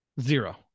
Zero